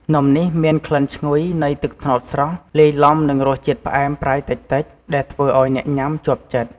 នំនេះមានក្លិនឈ្ងុយនៃទឹកត្នោតស្រស់ លាយឡំនឹងរសជាតិផ្អែមប្រៃតិចៗ ដែលធ្វើឱ្យអ្នកញ៉ាំជាប់ចិត្ត។